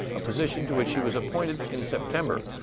a position to which he was appointed in september,